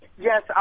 Yes